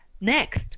Next